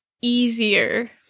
easier